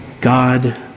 God